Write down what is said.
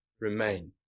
remain